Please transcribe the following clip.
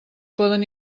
poden